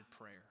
prayer